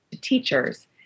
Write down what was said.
teachers